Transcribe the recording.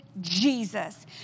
Jesus